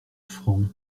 francs